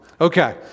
Okay